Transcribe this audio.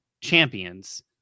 champions